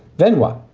then why?